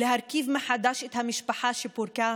להרכיב מחדש את המשפחה שפורקה,